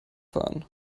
fahren